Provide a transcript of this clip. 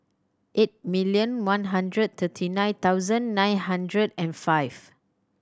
eight million one hundred thirty nine thousand nine hundred and five